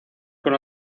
con